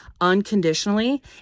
unconditionally